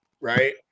right